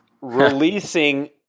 Releasing